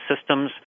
systems